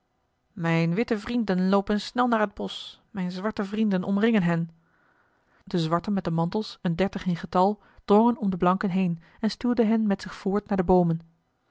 mijne witte vrienden loopen snel naar het bosch mijne zwarte vrienden omringen hen de zwarten met de mantels een dertig in getal drongen om de blanken heen en stuwden hen met zich voort naar de boomen